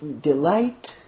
delight